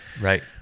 Right